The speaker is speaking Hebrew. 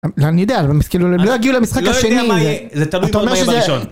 לא אני יודע, כאילו הם לא יגיעו למשחק השני. לא יודע מה יהיה, זה תלוי מה... אתה אומר שזה... יהיה בראשון.